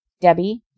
Debbie